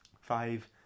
five